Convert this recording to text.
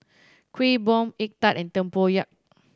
Kuih Bom egg tart and tempoyak